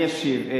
אני אשיב.